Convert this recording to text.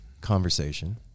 conversation